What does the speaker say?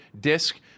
disc